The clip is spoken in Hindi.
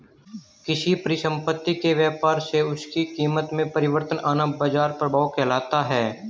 किसी परिसंपत्ति के व्यापार से उसकी कीमत में परिवर्तन आना बाजार प्रभाव कहलाता है